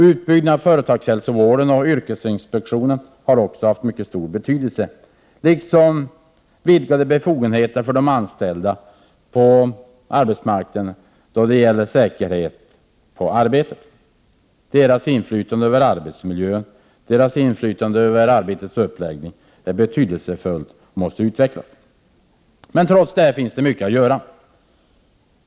Utbyggnaden av företagshälsovården och yrkesinspektionen har också haft mycket stor betydelse, liksom vidgade befogenheter för de anställda då det gäller säkerhet på arbetet. Deras inflytande över arbetsmiljön, över arbetets uppläggning är betydelsefullt och måste utvecklas. Trots detta finns det mycket att göra.